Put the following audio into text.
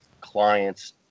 clients